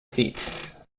feet